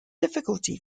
difficulty